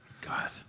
God